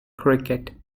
cricket